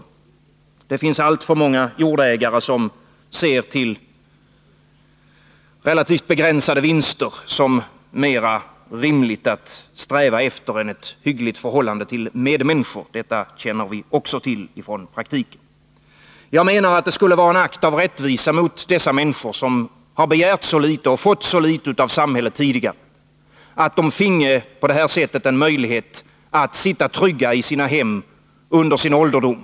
Och det finns alltför många jordägare som anser det mer rimligt att sträva efter även relativt begränsade vinster än att ha ett hyggligt förhållande till medmänniskor. Det känner vi till från praktiken. Jag anser att det vore en akt av rättvisa mot dessa människor, som har begärt så litet och fått så litet av samhället, att de på detta sätt gavs en möjlighet att få sitta trygga i sina hem under ålderdomen.